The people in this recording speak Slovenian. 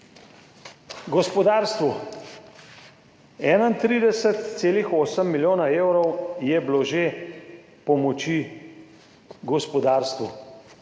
Gospodarstvu, 31,8 milijona evrov je bilo že pomoči gospodarstvu.